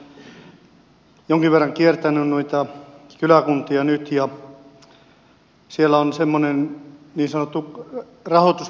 minä maaseutuyrittäjänä olen nyt jonkin verran kiertänyt noita kyläkuntia ja siellä on semmoinen niin sanottu rahoituskriisi päällä